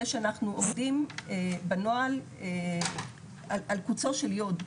שאנחנו עובדים בנוהל על קוצו של יוד,